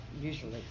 usually